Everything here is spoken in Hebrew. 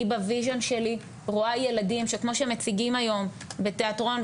אני בוויז'ן שלי רואה ילדים שכמו שהם מציגים היום בתיאטרון,